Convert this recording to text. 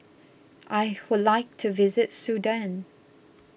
I would like to visit Sudan